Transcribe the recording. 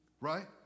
right